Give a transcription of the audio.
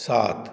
सात